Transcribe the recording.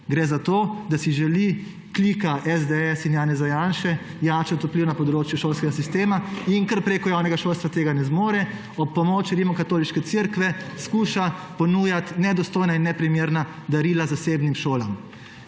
Gre za to, da si želi klika SDS in Janeza Janše jačati vpliv na področju šolskega sistema, in ker prek javnega šolstva tega ne zmore, skuša ob pomoči rimokatoliške cerkve ponujati nedostojna in neprimerna darila zasebnim šolam.